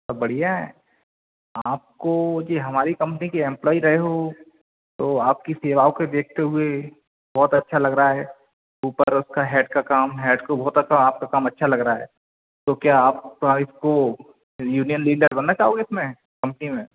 सब बढ़िया है आपको ये हमारी कंपनी के एम्प्लोई रहे हो तो आपकी सेवाओं के देखते हुए बहुत अच्छा लग रहा है ऊपर उसका हेड का काम हेड काे बहुत तो आपका काम अच्छा लग रहा है तो क्या आपका इसको यूनियन लीडर बनना चाहोगे इसमें कंपनी में